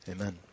amen